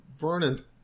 Vernon